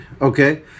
okay